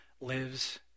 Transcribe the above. lives